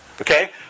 Okay